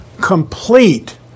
complete